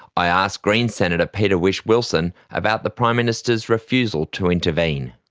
i asked green senator peter whish-wilson about the prime minister's refusal to intervene.